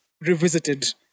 Revisited